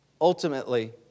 ultimately